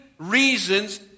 reasons